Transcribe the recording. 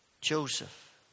Joseph